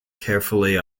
carefully